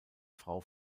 frau